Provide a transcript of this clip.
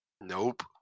Nope